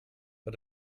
but